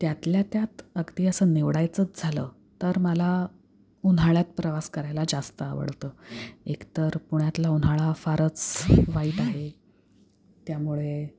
त्यातल्या त्यात अगदी असं निवडायचंच झालं तर मला उन्हाळ्यात प्रवास करायला जास्त आवडतं एक तर पुण्यातला उन्हाळा फारच वाईट आहे त्यामुळे